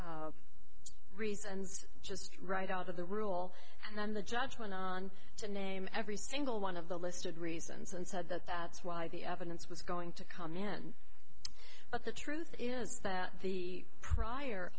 couple reasons just right out of the rule and the judge went on to name every single one of the listed reasons and said that that's why the evidence was going to come in but the truth is that the prior